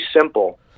simple